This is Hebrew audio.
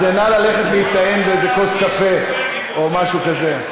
אז נא ללכת להיטען באיזה כוס קפה או משהו כזה.